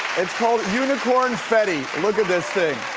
it's called unicornfetti. look at this thing,